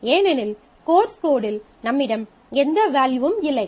ஏனெனில் கோர்ஸ் கோடில் நம்மிடம் எந்த வேல்யூவும் இல்லை